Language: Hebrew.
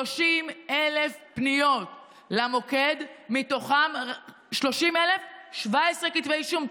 30,000 פניות למוקד, ומתוכן 17 כתבי אישום.